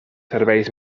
serveis